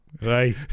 Right